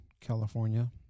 California